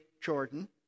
Jordan